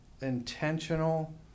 intentional